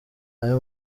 ayo